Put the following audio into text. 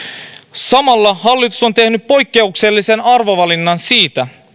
samalla hallitus on tehnyt poikkeuksellisen arvovalinnan siinä